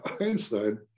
Einstein